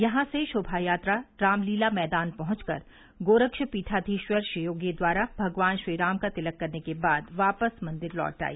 यहां से शोभायात्रा रामलीला मैदान पहुंचकर गोरक्षपीठाधीश्वर श्री योगी द्वारा भगवान श्रीराम का राजतिलक करने बाद वापस मंदिर लौट आई